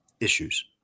issues